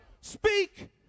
speak